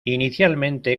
inicialmente